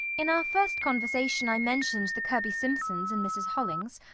in our first conversation i mentioned the kirby simpsons and mrs. hollings,